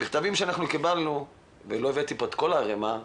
המכתבים שקיבלנו ולא הבאתי לכאן את כל הערימה,